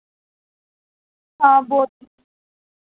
हां ब्हौत